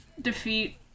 defeat